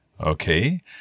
Okay